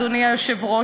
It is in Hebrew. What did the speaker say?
אדוני היושב-ראש,